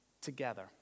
together